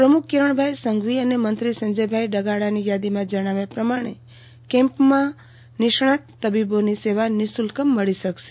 પ્રમુખ કિરણભાઇ સંઘવી અને મંત્રી સંજયભાઇ ડગાળાવાળાની યાદીમાં જણાવ્યા પ્રમાણે કેમ્પમાં નિષ્ણાત તબીબોની સેવા નિશુલ્ક મળી શકશે